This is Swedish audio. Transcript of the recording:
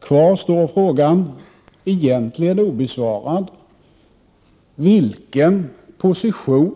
Kvar står frågan egentligen obesvarad: Vilken position